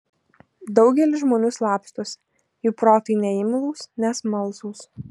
daugelis žmonių slapstosi jų protai neimlūs nesmalsūs